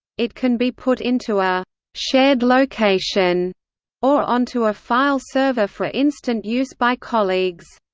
it can be put into a shared location or onto a file server for instant use by colleagues.